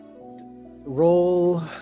roll